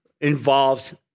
involves